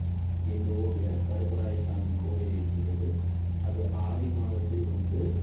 எங்கள் ஊரில் கருப்பராயர் சாமி கோயில் இருக்கிறது அது ஆடி மாதத்தில் வந்து